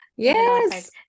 Yes